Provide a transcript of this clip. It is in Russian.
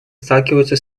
сталкиваются